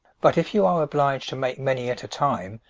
but, if you are obliged to make many at a time,